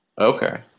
Okay